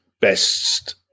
best